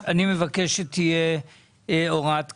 אני מבקש שתהיה הוראת קבע.